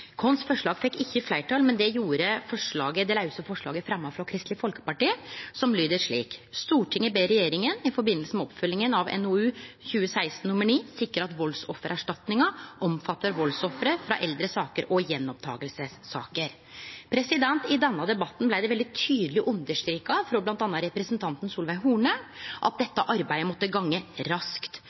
vårt fekk ikkje fleirtal, men det gjorde det lause forslaget som blei fremja av Kristeleg Folkeparti, og som lyder slik: «Stortinget ber regjeringen i forbindelse med oppfølgingen av NOU 2016: 9 sikre at voldsoffererstatningsordningen omfatter voldsofre fra eldre saker og gjenopptakelsessaker.» I den debatten blei det veldig tydeleg understreka av bl.a. representanten Solveig Horne at dette arbeidet måtte gå raskt.